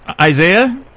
Isaiah